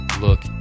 look